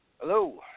Hello